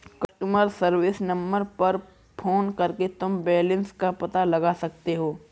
customer service number पर phone करके तुम बैलन्स का पता लगा सकते हो